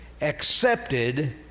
accepted